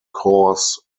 coors